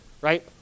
right